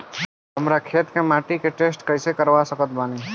हमरा खेत के माटी के टेस्ट कैसे करवा सकत बानी?